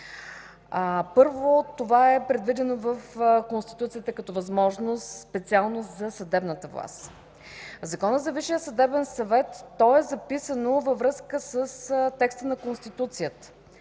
Първо, това е предвидено в Конституцията като възможност специално за съдебната власт. В Закона за Висшия съдебен съвет то е записано във връзка с текста на Конституцията.